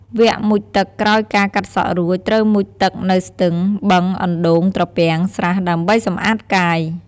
វគ្គមុជទឹកក្រោយការកាត់សក់រួច ត្រូវមុជទឹកនៅ ស្ទឹង បឹង អណ្តូង ត្រពាំង ស្រះ ដើម្បីសម្អាតកាយ ។